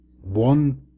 one